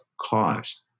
cause